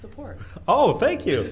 support oh thank you